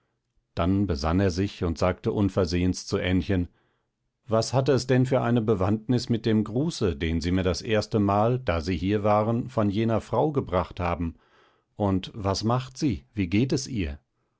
dann besann er sich und sagte unversehens zu ännchen was hatte es denn für eine bewandtnis mit dem gruße den sie mir das erste mal da sie hier waren von jener frau gebracht haben und was macht sie wie geht es ihr